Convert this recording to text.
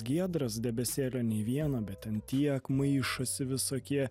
giedras debesėlio nei vieno bet ten tiek maišosi visokie